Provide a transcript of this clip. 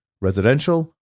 residential